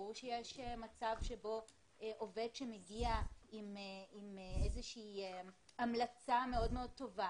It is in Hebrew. ברור שיש מצב שבו עובד שמגיע עם איזושהי המלצה מאוד טובה,